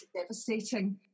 devastating